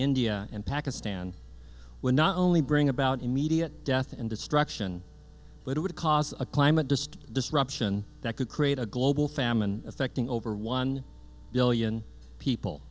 india and pakistan would not only bring about immediate death and destruction but it would cause a climate distance disruption that could create a global famine affecting over one billion people